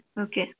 Okay